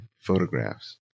photographs